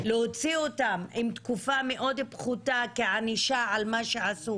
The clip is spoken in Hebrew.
להוציא אותם עם תקופה מאוד פחותה כענישה על מה שעשו